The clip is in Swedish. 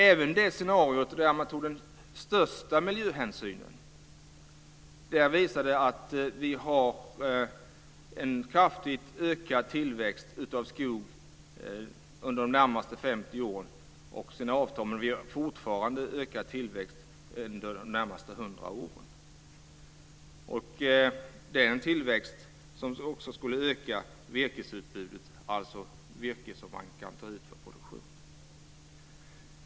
Även det scenario där man tog den största miljöhänsynen visade att vi har en kraftigt ökad tillväxt av skog under de närmaste 50 åren. Sedan avtar det, men vi har fortfarande en ökad tillväxt under de närmaste 100 åren. Det är en tillväxt som också skulle öka virkesutbudet för produktion.